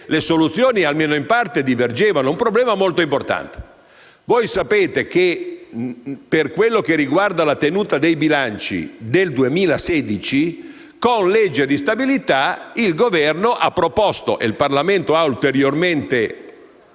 le soluzioni, almeno in parte, divergevano: un problema molto importante. Voi sapete che, per quello che riguarda la tenuta dei bilanci del 2016, con legge di stabilità il Governo ha proposto - e il Parlamento ha ulteriormente allargato